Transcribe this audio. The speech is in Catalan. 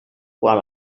qual